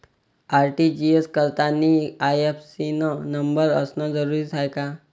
RTGS करतांनी IFSC न number असनं जरुरीच हाय का?